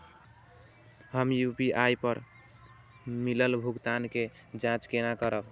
हम यू.पी.आई पर मिलल भुगतान के जाँच केना करब?